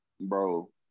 bro